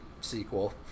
sequel